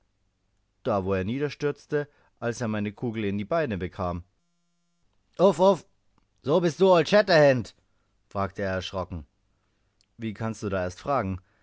da wo er niederstürzte als er meine kugel in beide beine bekam uff uff so bist du old shatterhand fragte er erschrocken wie kannst du da erst fragen